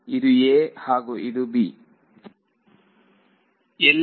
ಇದು 'a' ಹಾಗೂ ಇದು 'b'